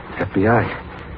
FBI